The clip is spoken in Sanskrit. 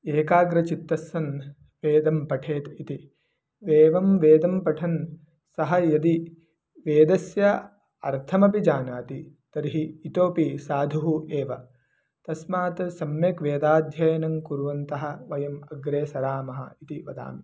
एकाग्रचित्तस्सन् वेदं पठेत् इति एवं वेदं पठन् सः यदि वेदस्य अर्थमपि जानाति तर्हि इतोपि साधुः एव तस्मात् सम्यक् वेदाध्ययनं कुर्वन्तः वयम् अग्रे सरामः इति वदामि